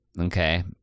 Okay